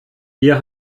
ihr